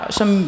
som